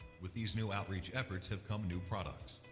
with these new outreach efforts have come new products.